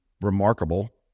remarkable